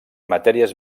matèries